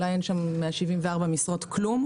אולי לא נשאר כלום מה-74 משרות האלה.